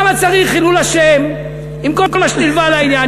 למה צריך חילול השם, עם כל מה שנלווה לעניין?